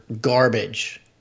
garbage